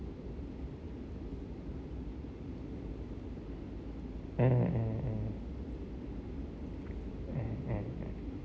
mm mm mm mm mm mm